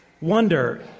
wonder